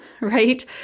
right